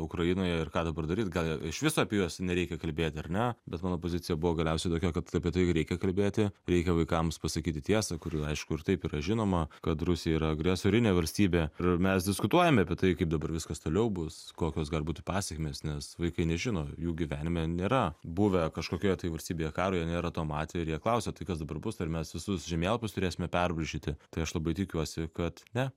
ukrainoje ir ką dabar daryt gal išvis apie juos nereikia kalbėti ar ne bet mano pozicija buvo galiausiai tokia kad apie tai reikia kalbėti reikia vaikams pasakyti tiesą kuri aišku ir taip yra žinoma kad rusija yra agresorinė valstybė ir mes diskutuojame apie tai kaip dabar viskas toliau bus kokios gali būti pasekmės nes vaikai nežino jų gyvenime nėra buvę kažkokioje tai valstybėje karo jie nėra to matę ir jie klausia tai kas dabar bus ar mes visus žemėlapius turėsime perbraižyti tai aš labai tikiuosi kad ne